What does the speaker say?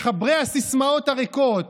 מחברי הסיסמאות הריקות,